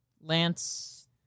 Lance